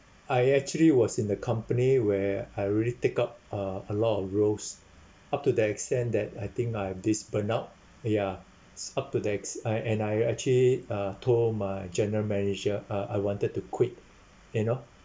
I actually was in the company where I really take up uh a lot of roles up to the extent that I think I have this burnout ya it's up to the ex~ I and I actually uh told my general manager uh I wanted to quit you know